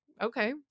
okay